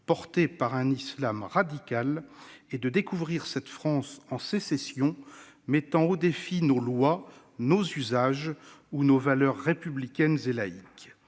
portée par un islam radical et découvrir cette France en sécession, mettant au défi nos lois, nos usages ou nos valeurs républicaines et laïques.